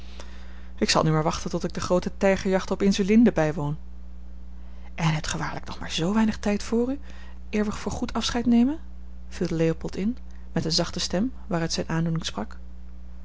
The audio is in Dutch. ik zal nu maar wachten tot ik de groote tijgerjachten op insulinde bijwoon en hebt ge waarlijk nog maar z weinig tijd voor u eer we voor goed afscheid nemen viel leopold in met eene zachte stem waaruit zijne aandoening sprak